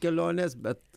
kelionės bet